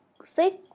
six